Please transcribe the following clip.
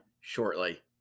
shortly